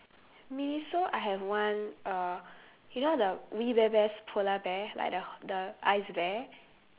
miniso I have one uh you know the we bare bears polar bear like the h~ the ice bear